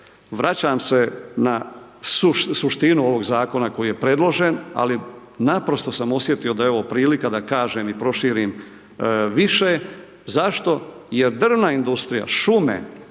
vraćam se na suštinu ovog zakona koji je predložen ali naprosto sam osjetio da je ovo prilika da kažem i proširim više zašto jer drvna industrija, šume